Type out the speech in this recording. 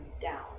down